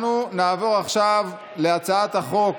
אנחנו נעבור עכשיו להצעת חוק